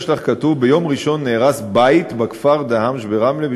בשאילתה שלך כתוב: ביום ראשון נהרס בית בכפר דהמש ברמלה.